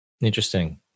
Interesting